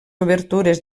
obertures